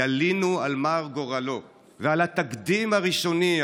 ילינו על מר גורלו ועל התקדים הראשוני,